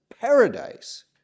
paradise